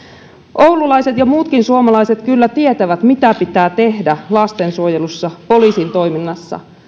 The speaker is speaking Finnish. oululaiset ja muutkin suomalaiset kyllä tietävät mitä pitää tehdä lastensuojelussa poliisin toiminnassa